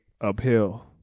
uphill